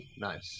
Nice